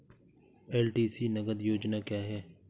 LTC नगद योजना क्या है?